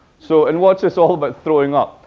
so and what's this all about throwing up.